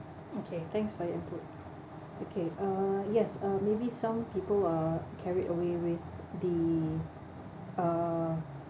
okay thanks for your input okay uh uh yes uh maybe some people are carried away with the uh